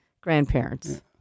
grandparents